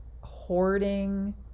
hoarding